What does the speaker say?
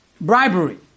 bribery